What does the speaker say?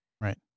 Right